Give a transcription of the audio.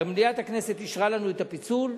מליאת הכנסת אישרה לנו את הפיצול,